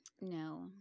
No